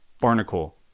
barnacle